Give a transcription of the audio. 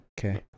Okay